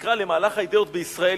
שנקרא "למהלך האידיאות בישראל",